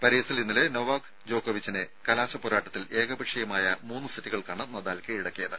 പാരീസിൽ ഇന്നലെ നൊവാക് ജോക്കോവിച്ചിനെ കലാശപ്പോരാട്ടത്തിൽ ഏകപക്ഷീയമായ മൂന്ന് സെറ്റുകൾക്കാണ് നദാൽ കീഴടക്കിയത്